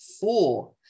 four